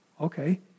okay